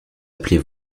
appelez